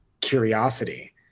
curiosity